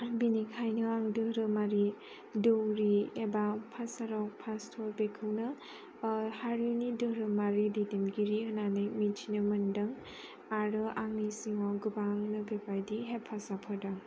बेनिखायनो आं धोरोमारि दौरि एबा फास्थ'र बेखौनो हारिनि धोरोमारि दैदेनगिरि होननानै मिथिनो मोनदों आरो आंनि जिउआव गोबां लोगो बायदि हेफाजाब होदों